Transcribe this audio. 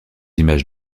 images